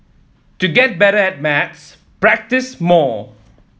to get better at maths practise more